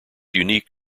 unique